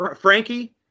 Frankie